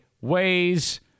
weighs